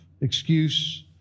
excuse